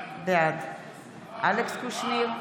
בעד אלכס קושניר,